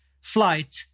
flight